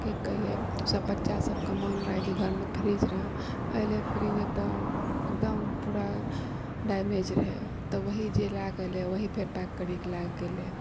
कि कहियै सब बच्चा सभके मोन रहे कि घरमे फ्रिज ऐले फ्रिज एकदम एकदम पूरा डैमेज रहै तऽ वहि जे लअ कऽ ऐलै वहि फेर पैक करिके लयऽ कऽ गेले